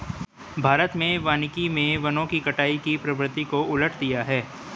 भारत में वानिकी मे वनों की कटाई की प्रवृत्ति को उलट दिया है